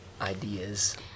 ideas